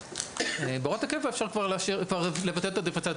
בהוראת הקבע אפשר כבר לבדל את הדיפרנציאציה,